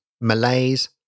Malays